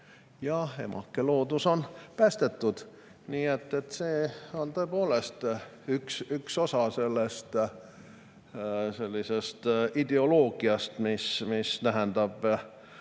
Ja emake loodus on päästetud! Nii et see on tõepoolest üks osa sellisest ideoloogiast, mis tähendab